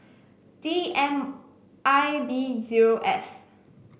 D M I B zero F